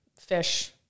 fish